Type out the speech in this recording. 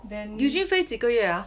eugene 飞几个月 ah